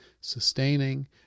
sustaining